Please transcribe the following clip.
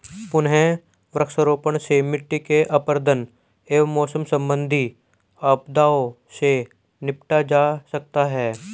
पुनः वृक्षारोपण से मिट्टी के अपरदन एवं मौसम संबंधित आपदाओं से निपटा जा सकता है